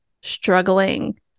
struggling